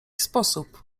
sposób